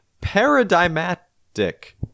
Paradigmatic